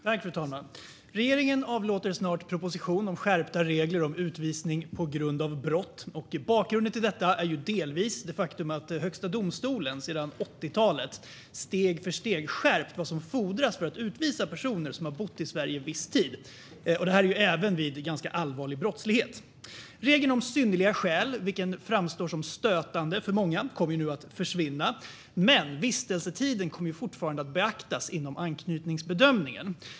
Fru talman! Regeringen kommer snart med en proposition om skärpta regler om utvisning på grund av brott. Bakgrunden till detta är delvis det faktum att Högsta domstolen sedan 80-talet steg för steg har skärpt vad som fordras för att utvisa personer som har bott i Sverige en viss tid. Det gäller även vid ganska allvarlig brottslighet. Regeln om synnerliga skäl, vilken för många framstår som stötande, kommer nu att försvinna. Men vistelsetiden kommer fortfarande att beaktas i anknytningsbedömningen.